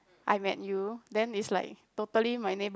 I met you then it's like totally my neighbour